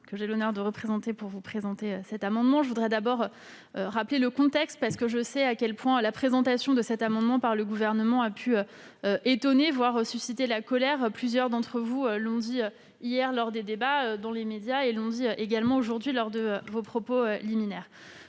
que j'ai l'honneur de représenter pour vous présenter cet amendement, je voudrais rappeler le contexte, parce que je sais à quel point le dépôt de cet amendement par le Gouvernement a pu étonner, voire susciter de la colère. Plusieurs d'entre vous l'ont dit hier à l'occasion de débats, dans les médias et, aujourd'hui, lors de leurs propos liminaires.